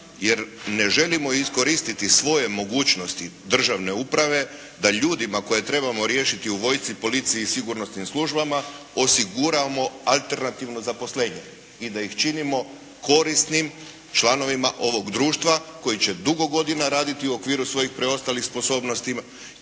jer ne želimo iskoristiti svoje mogućnosti državne uprave da ljudima koje trebamo riješiti u vojsci, policiji, sigurnosnim službama osiguramo alternativno zaposlenje i da ih činimo korisnim članovima ovog društva koji će dugo godina raditi u okviru svojih preostalih sposobnosti